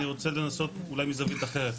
אני רוצה לנסות אולי מזווית אחרת.